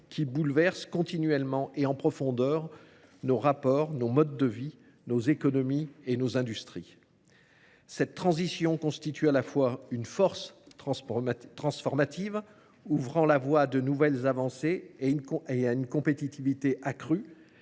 qui bouleverse continuellement et en profondeur nos rapports, nos modes de vie, nos économies et nos industries. Cette transition constitue non seulement une force transformative, qui permet de nouvelles avancées et ouvre la voie à une compétitivité accrue,